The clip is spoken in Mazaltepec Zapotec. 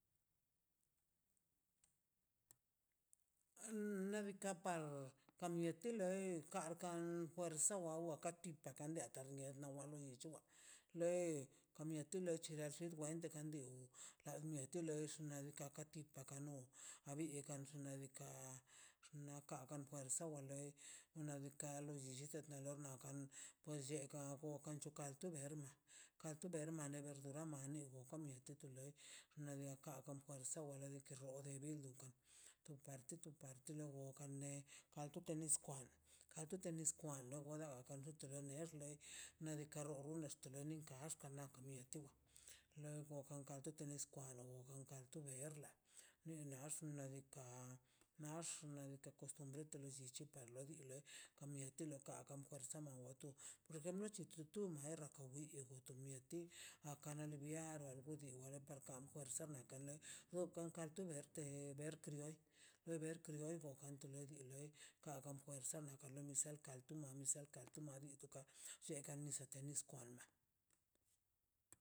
Nadika par kamieti loier ka porsawawa katipaka win tearta diewan na michua lei kamieti lo llirat wen dekan diu la mieto lex nadika ka tipa na kano abiekan kan xo nadika xnaka kan puesa wa wa loi nadikal pues chekan kan chulka to ber kan tu ber man negardu rama ka nie ka bokan loi xnadiga kan basawala nardika bi dukan tu parti tu parti wokan ne kal tu tenis kwan kwal tu tenis kwal anoda da kan ota da nex le nadika lo runen te lo rikasti nako mieti nado kan lo tenis winnax nadika nax di costumbre llichi wa loi ka mieti lokam ka fuerza ka bueti ka llutiti tunin perda ka buni tu mieti akan lo biani arguri torai rakan torciento wakan lei dokan tu ka verte bertiokrioi le berte entre wa loi ka gan fuerza nisan tago nisa tango watika chegan wasa tenis na